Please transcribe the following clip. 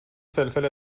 فلفل